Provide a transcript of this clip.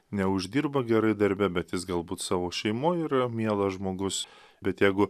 neuždirba gerai darbe bet jis galbūt savo šeimoj yra mielas žmogus bet jeigu